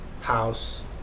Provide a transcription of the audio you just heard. house